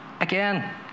Again